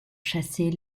chasser